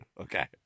Okay